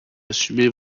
assumez